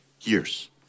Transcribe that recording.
years